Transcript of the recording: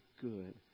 good